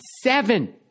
seven